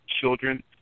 children